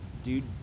Dude